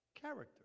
Character